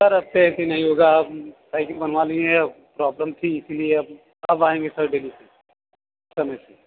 sir अब से ऐसे नहीं होगा हम साइकिल बनवा लिए हैं अब प्रॉब्लम थी इसलिए अब आएँगे सर डेली से समय से